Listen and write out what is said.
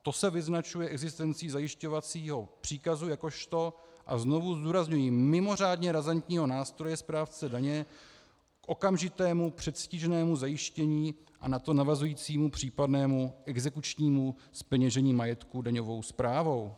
To se vyznačuje existencí zajišťovacího příkazu jakožto a znovu zdůrazňuji mimořádně razantního nástroje správce daně k okamžitému předstižnému zajištění a na to navazujícímu případnému exekučnímu zpeněžení majetku daňovou správou.